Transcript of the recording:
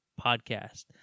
podcast